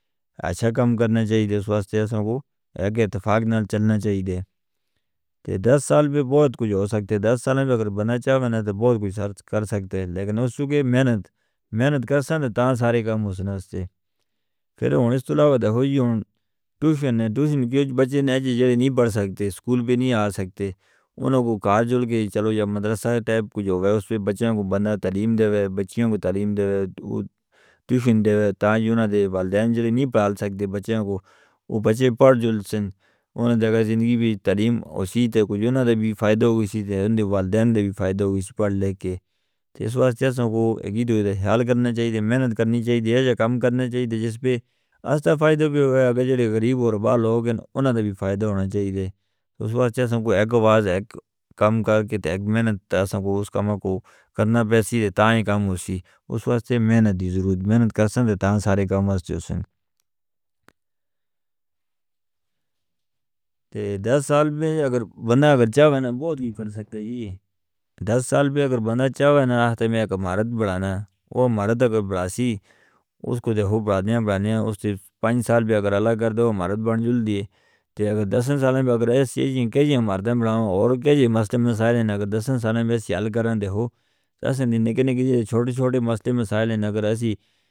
ایسا کام کرنا چاہیے دسوستے ہاں کو ایک اتفاقنال چلنا چاہیے تے دس سال بھی بہت کچھ ہو سکتے ہیں۔ دس سال میں اگر بنا چاہوے نا تے بہت کچھ سرچ کر سکتے لیکن اس سے محنت کرتے ہیں تاں سارے کام ہو سکتے ہیں۔ پھر ہون اس تو لاغے ہو جیو تیشن ہے۔ تیشن کیوں بچے نائجے جڑے نہیں پڑھ سکتے سکول بھی نہیں آ سکتے انوں کو کار جڑکے چلو یا مدرسہ ہے۔ ٹیب کچھ ہوگئے اس پہ بچوں کو بندہ تعلیم دے وے۔ بچوں کو تعلیم دے وے تیشن دے وے تاں یوں نہ دے والدین جڑے نہیں پڑھا سکتے بچوں کو۔ وہ بچے پڑھ جڑسن انہیں جگہ زندگی بھی تعلیم اسی تھے۔ کچھ یوں نہ دے بھی فائدہ ہوگی تھے ان دے والدین دے بھی فائدہ ہوگی۔ پڑھ لے کے تے اس وقت ہم کو ایک ہی دوئے تھے حل کرنا چاہیے دی۔ محنت کرنی چاہیے دی یا کام کرنا چاہیے دی جس پہ اس تاں فائدہ بھی ہویا بے جڑے غریب اور بھال لوگ ہیں انہیں بھی فائدہ ہونا چاہیے دی۔ اس وقت ہم کو ایک واز ایک کام کر کے تے ایک محنت تے اس وقت ہم کو اس کام کو کرنا پیسی دے تاں ہی کام ہو سی۔ اس وقت محنت دی ضرورت ہے۔ محنت کرسن دے تاں سارے کام اس تے سن تے دس سال میں اگر بندہ اگر چاہوے نا بہت ہی کر سکتا ہے۔ یہ دس سال میں اگر بندہ چاہوے نا آستہ میں ایک مرد بڑھانا۔ وہ مرد اگر بڑھا سی اس کو دے ہو بعد میں بڑھنا۔ اس تی پین سال بھی اگر الگ کر دو مرد بڑھ جولیے تے اگر دس سال میں اگر ایسے جینکہ جینکہ مردیں بڑھانا اور کہ جینکہ مسئلے مسائل ہیں۔ اگر دس سال میں بھی سیحل کرن دے ہو تیسے ننے کے جے چھوٹے چھوٹے مسئلے مسائل ہیں اگر ایسی.